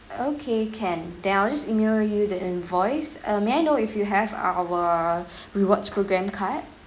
okay can then I'll just email you the invoice uh may I know if you have our rewards programme card